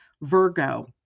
Virgo